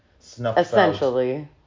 essentially